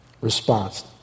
response